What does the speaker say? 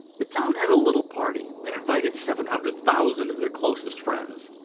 the town had a little party and invited seven hundred thousand of their closest friends.